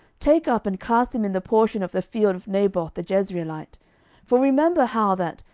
take up, and cast him in the portion of the field of naboth the jezreelite for remember how that,